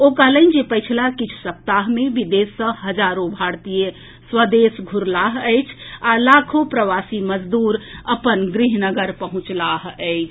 ओ कहलनि जे पछिला किछु सप्ताह मे विदेश सॅ हजारो भारतीय स्वदेश घूरलाह अछि आ लाखों प्रवासी मजदूर अपन गृह नगर पहुंचलाह अछि